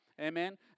Amen